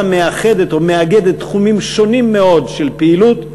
מאחדת או מאגדת תחומים שונים מאוד של פעילות,